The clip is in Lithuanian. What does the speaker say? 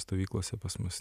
stovyklose pas mus